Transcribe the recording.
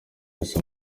gusa